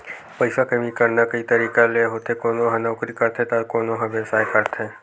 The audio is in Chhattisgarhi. पइसा कमई करना कइ तरिका ले होथे कोनो ह नउकरी करथे त कोनो ह बेवसाय करथे